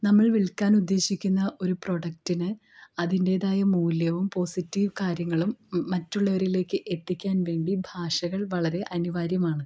നമ്മൾ വിൽക്കാൻ ഉദ്ദേശിക്കുന്ന ഒരു പ്രോഡക്ടിന് അതിൻ്റെതായ മൂല്യവും പോസിറ്റീവ് കാര്യങ്ങളും മ മറ്റുള്ളവരിലേക്ക് എത്തിക്കാൻ വേണ്ടി ഭാഷകൾ വളരെ അനിവാര്യമാണ്